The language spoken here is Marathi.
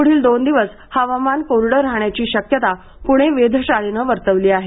पूढील दोन दिवस हवामान कोरडे राहाण्याची शक्यता पूणे वेधशाळेने वर्तवली आहे